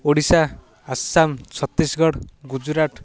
Odisha Assam Chhattisgarh Gujarat